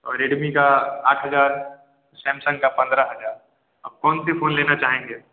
और रेडमी का आठ हज़ार सैमसंग का पंद्रह हज़ार आप कौन सा फोन लेना चाहेगे